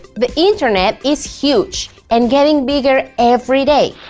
the internet is huge and getting bigger everyday.